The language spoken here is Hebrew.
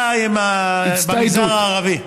אתה עם המגזר הערבי.